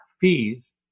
fees